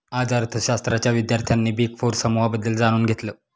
आज अर्थशास्त्राच्या विद्यार्थ्यांनी बिग फोर समूहाबद्दल जाणून घेतलं